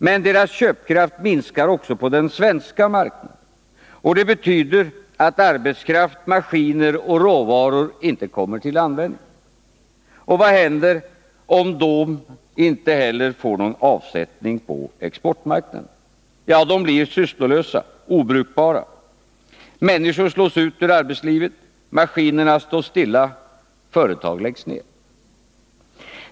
Men deras köpkraft minskar också på den svenska marknaden, och det betyder att arbetskraft, maskiner och råvaror inte kommer till användning. Och vad händer om vi då inte heller får någon avsättning på exportmarknaden? Ja, arbetskraften blir sysslolös, maskinerna och råvarorna obrukbara. Människor slås ut ur arbetslivet, maskiner står stilla, företag läggs ner.